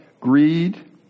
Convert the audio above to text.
Greed